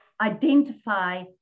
identify